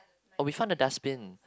oh we found a dustbin